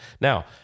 Now